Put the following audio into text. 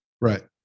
Right